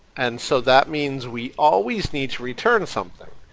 and so that means we always need to return something.